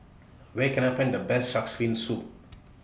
Where Can I Find The Best Shark's Fin Soup